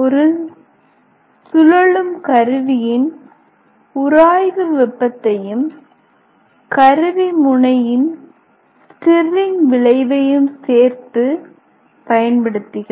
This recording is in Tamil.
ஒரு சுழலும் கருவியின் உராய்வு வெப்பத்தையும் கருவி முனையின் ஸ்டிர்ரிங் விளைவையும் சேர்த்து பயன்படுத்துகிறது